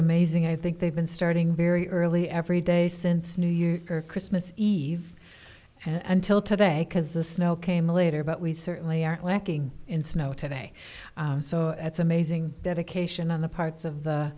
amazing i think they've been starting very early every day since new year's christmas eve until today because the snow came later but we certainly aren't lacking in snow today so that's amazing dedication on the parts of the